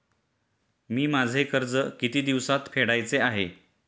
मी माझे कर्ज किती दिवसांत फेडायचे आहे?